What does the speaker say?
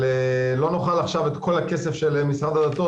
אבל לא נוכל עכשיו את כל הכסף של משרד הדתות,